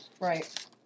Right